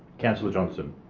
councillor johnston